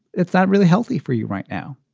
it's not really healthy for you right now.